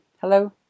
Hello